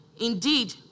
Indeed